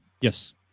Yes